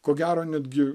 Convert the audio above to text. ko gero netgi